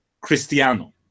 Cristiano